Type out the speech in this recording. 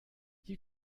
you